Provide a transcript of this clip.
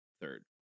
third